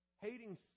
hating